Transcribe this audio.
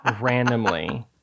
Randomly